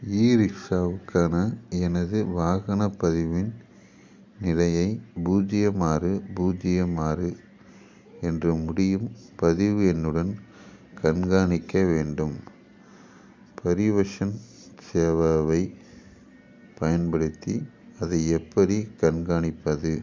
இ ரிக்ஷாவுக்கான எனது வாகனப் பதிவின் நிலையை பூஜ்ஜியம் ஆறு பூஜ்ஜியம் ஆறு என்று முடியும் பதிவு எண்ணுடன் கண்காணிக்க வேண்டும் பரிவஷன் சேவாவை பயன்படுத்தி அதை எப்படி கண்காணிப்பது